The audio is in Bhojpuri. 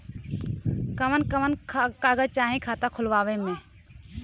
कवन कवन कागज चाही खाता खोलवावे मै?